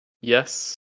Yes